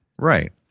Right